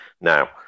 Now